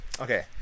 Okay